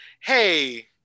hey